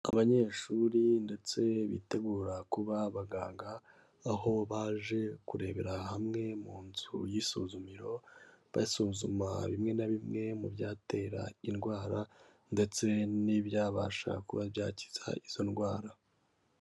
Abanyeshuri ndetse bitegura kuba abaganga, aho baje kurebera hamwe mu nzu y'isuzumiro, basuzuma bimwe na bimwe mu byatera indwara ndetse n'ibyabasha kuba byakiza izo ndwara.